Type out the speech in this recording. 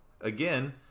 again